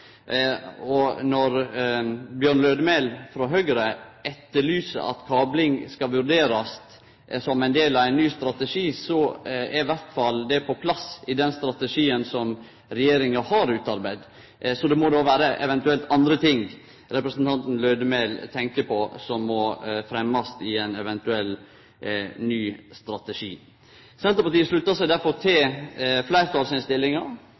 når denne utbygginga skjer. Når Bjørn Lødemel frå Høgre etterlyser at kabling skal vurderast som ein del av ein ny strategi, er i alle fall det på plass i den strategien som regjeringa har utarbeidd. Det må då vere andre ting representanten Lødemel tenkjer på som må fremmast i ein eventuell ny strategi. Senterpartiet sluttar seg til fleirtalsinnstillinga.